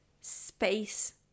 space